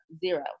zero